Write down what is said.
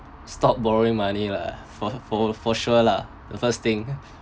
stop borrowing money lah for for for sure lah the first thing